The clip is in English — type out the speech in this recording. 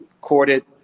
corded